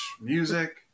music